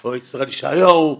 או ישראל ישעיהו,